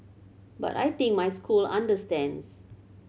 but I think my school understands